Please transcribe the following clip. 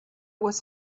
was